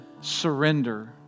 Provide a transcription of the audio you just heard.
surrender